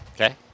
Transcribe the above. Okay